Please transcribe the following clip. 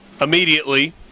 immediately